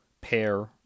pair